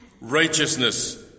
Righteousness